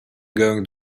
going